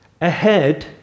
ahead